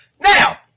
Now